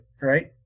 right